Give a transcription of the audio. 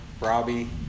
Robbie